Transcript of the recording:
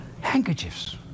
handkerchiefs